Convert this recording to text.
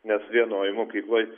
nes vienoj mokykloj